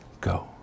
Go